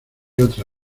otra